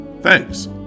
Thanks